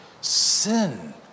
sin